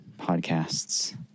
podcasts